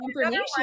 information